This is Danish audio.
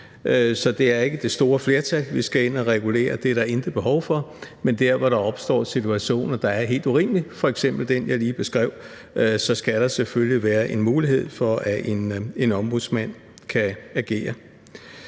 Så det er ikke det store flertal, vi skal ind at regulere – det er der intet behov for – men der, hvor der opstår situationer, der er helt urimelige, f.eks. den, jeg lige beskrev, så skal der selvfølgelig være en mulighed for, at Ombudsmanden kan agere.